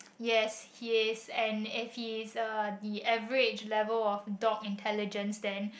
yes yes and it is a the average level of dot intelligence then